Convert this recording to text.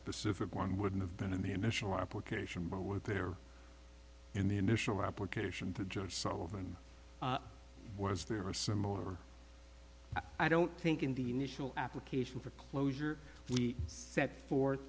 specific one would have been in the initial application or were there in the initial application to judge sullivan was there or similar i don't think in the initial application for closure we set forth